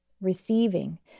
receiving